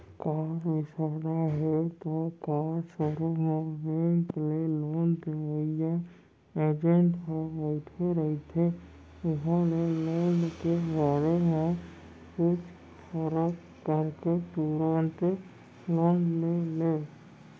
car बिसाना हे त कार सोरूम म बेंक ले लोन देवइया एजेंट ह बइठे रहिथे उहां ले लोन के बारे म पूछ परख करके तुरते लोन ले ले